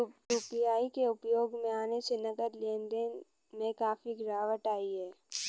UPI के उपयोग में आने से नगद लेन देन में काफी गिरावट आई हैं